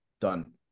Done